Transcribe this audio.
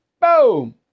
boom